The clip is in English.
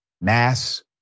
mass